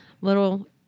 little